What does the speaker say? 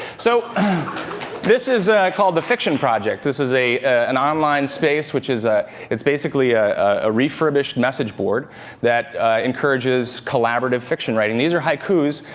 so this is called the fiction project. this is an online space, which is ah is basically ah a refurbished message board that encourages collaborative fiction writing. these are haikus.